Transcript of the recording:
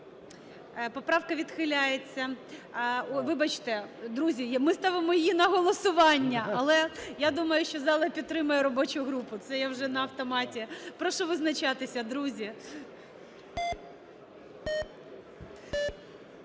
Поправка відхиляється. Вибачте, друзі, ми ставимо її на голосування, але, я думаю, що зала підтримає робочу групу, це я вже на автоматі. Прошу визначатися, друзі.